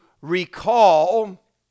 recall